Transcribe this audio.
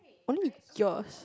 only yours